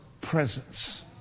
presence